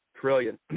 trillion